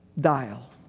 dial